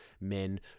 men